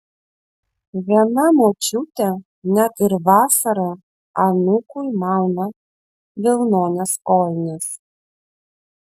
viena močiutė net ir vasarą anūkui mauna vilnones kojines